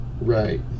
Right